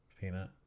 Peanut